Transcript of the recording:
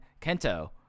kento